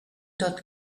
tot